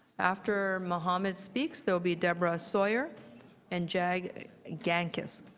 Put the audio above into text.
after mohammad speaks there would be deborah sawyer and jag g angus.